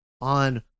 on